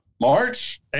March